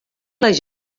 les